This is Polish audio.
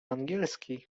angielski